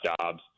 Jobs